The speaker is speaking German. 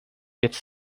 jetzt